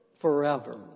forever